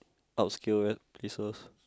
obscure places